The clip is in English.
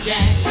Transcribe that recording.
Jack